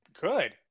Good